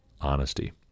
honesty